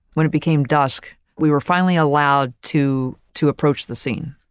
when it became dusk, we were finally allowed to, to approach the scene.